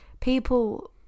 people